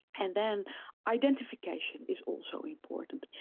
and then identification is also important.